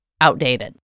outdated